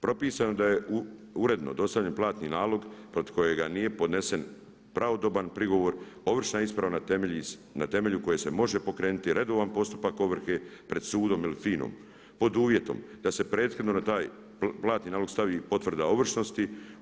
Propisano je da je uredno dostavljen platni nalog protiv kojega nije podnesen pravodoban prigovor, ovršna isprava na temelju koje se može pokrenuti redovan postupak ovrhe pred sudom ili FINA-om pod uvjetom da se prethodno na taj platni nalog stavi potvrda ovršnosti.